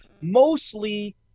mostly